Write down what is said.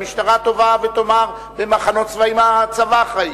המשטרה תבוא ותאמר שבמחנות צבאיים הצבא אחראי.